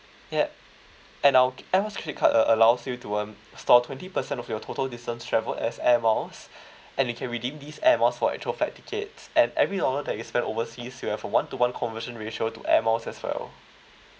yup and our air miles credit card uh allows you to um store twenty percent of your total distance travel as air miles and you can redeem these air miles for actual flight tickets and every dollar that you spend overseas you have a one to one conversion ratio to air miles as well